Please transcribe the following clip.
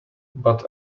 but